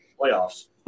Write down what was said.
playoffs